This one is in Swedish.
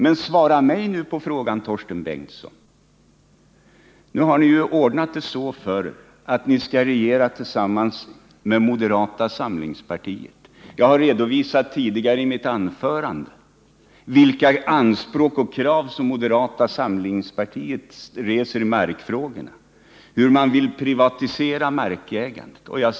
Men svara mig nu på en annan fråga, Torsten Bengtson: Nu har ni ordnat det så för er att ni skall regera tillsammans med moderata samlingspartiet. Jag har redovisat i mitt tidigare anförande vilka anspråk och krav som moderata samlingspartiet reser när det gäller markfrågorna, hur de vill privatisera markägandet.